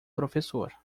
professor